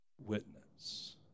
witness